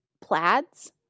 plaids